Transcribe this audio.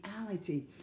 reality